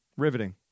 riveting